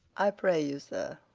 i pray you, sir,